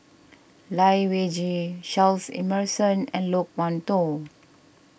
Lai Weijie Charles Emmerson and Loke Wan Tho